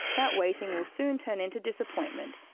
that waiting will soon turn into disappointment,